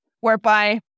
whereby